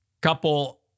couple